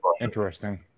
interesting